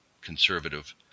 conservative